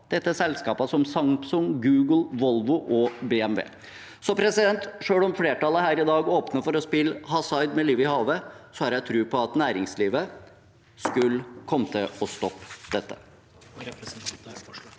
Dette er selskaper som Samsung, Google, Volvo og BMW. Selv om flertallet her i dag åpner for å spille hasard med livet i havet, har jeg tro på at næringslivet kommer til å stoppe dette.